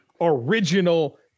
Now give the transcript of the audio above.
original